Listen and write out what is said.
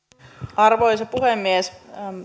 arvoisa puhemies